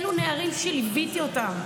אלו נערים שליוויתי אותם,